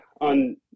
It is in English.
on